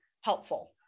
helpful